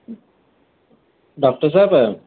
doctor Sahib